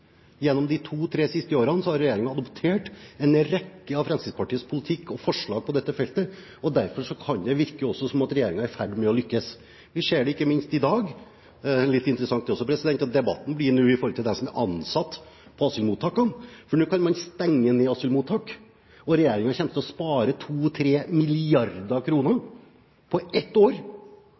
Gjennom de to–tre siste årene har regjeringen adoptert en rekke av Fremskrittspartiets forslag og politikk på dette feltet, og derfor kan det virke som om regjeringen er i ferd med å lykkes. Vi ser det ikke minst i dag. Det er litt interessant at debatten nå blir om dem som er ansatt på asylmottakene. For nå kan man stenge asylmottak, og regjeringen kommer til å spare 2–3 mrd. kr på ett år